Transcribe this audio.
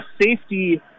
safety